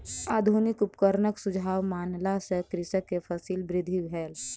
आधुनिक उपकरणक सुझाव मानला सॅ कृषक के फसील वृद्धि भेल